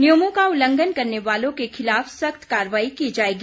नियमों का उल्लंघन करने वालों के खिलाफ सख्त कार्रवाई की जाएगी